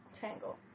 tangle